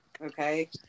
Okay